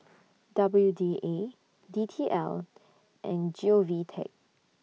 W D A D T L and Govtech